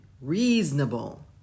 reasonable